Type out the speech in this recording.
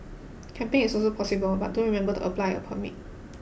camping is also possible but do remember to apply a permit